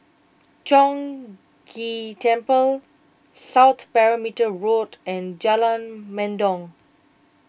Chong Ghee Temple South Perimeter Road and Jalan Mendong